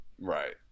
Right